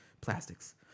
plastics